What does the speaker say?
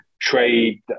trade